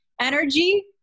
energy